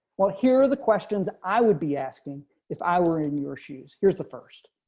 well, here are the questions i would be asking if i were in your shoes. here's the first.